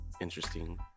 interesting